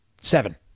seven